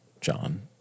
John